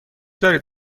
دارید